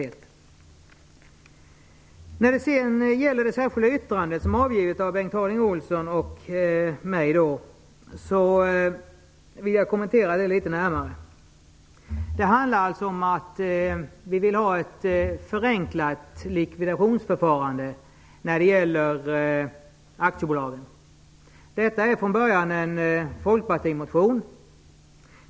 Jag vill vidare litet närmare kommentera det särskilda yttrande som avgivits av Bengt Harding Olson och mig och som handlar om ett förenklat likvidationsförfarande för aktiebolag. Det är från början en folkpartimotion.